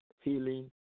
Healing